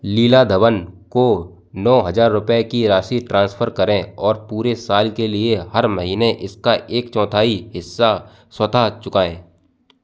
लीला धवन को नो हज़ार रुपये की राशि ट्रांसफ़र करें और पूरे साल के लिए हर महीने इसका एक चौथाई हिस्सा स्वतः चुकाएं